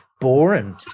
boring